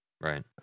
Right